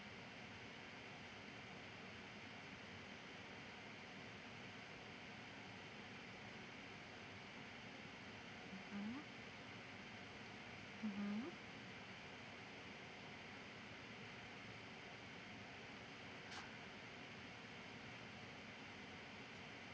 mmhmm mmhmm